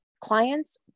clients